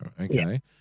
Okay